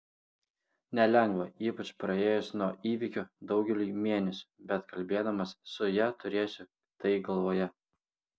nelengva ypač praėjus nuo įvykio daugeliui mėnesių bet kalbėdamas su ja turėsiu tai galvoje